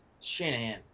Shanahan